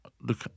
look